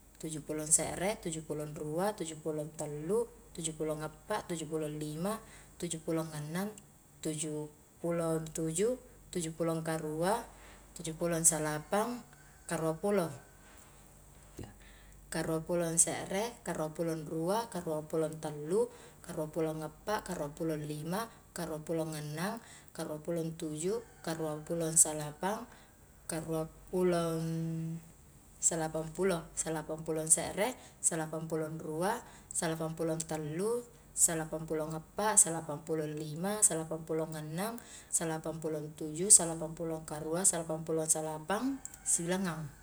Tuju pulo se're, tuju pulo rua, tuju pulo tallu, tuju pulo appa, tuju pulo lima, tuju pulo annang, tuju pulo tuju, tuju pulo karua, tuju pulo salapang, karua pulo, karua pulo se're, karua pulo rua, karua pulo tallu, karua pulo appa, karua pulo lima, karua pulo annang, karua pulo tuju, karua pulo salapang, karua pulong salapang pulo, salapang pulo se're, salapang pulo rua, salapang pulo tallu, salapang pulo appa, salapang pulo lima, salapang pulo annang, salapang pulo tuju, salapang pulo karua, salapang pulo salapang, sibilangngang.